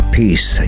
peace